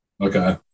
Okay